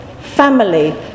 family